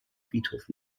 friedhof